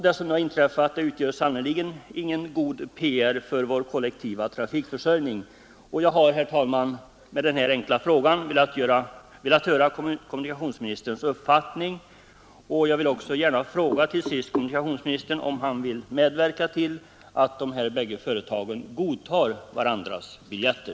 Det som inträffat utgör sannerligen ingen god PR för vår kollektiva trafikförsörjning. Jag har, herr talman, med den enkla frågan åsyftat att få höra kommunikationsministerns uppfattning, och jag skulle till sist gärna vilja fråga kommunikationsministern om han vill medverka till att de här bägge företagen godtar varandras biljetter.